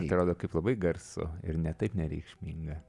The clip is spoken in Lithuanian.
atrodo kaip labai garsu ir ne taip nereikšminga